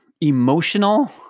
emotional